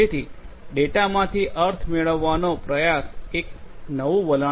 તેથી ડેટામાંથી અર્થ મેળવવાનો પ્રયાસ એક નવું વલણ છે